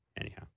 Anyhow